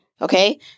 okay